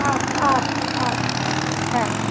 আচ্ছা আচ্ছা আচ্ছা হ্যাঁ হ্যাঁ